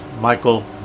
Michael